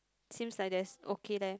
seems like this okay then